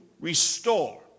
restore